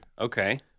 okay